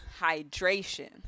hydration